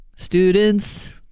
students